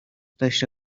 داشته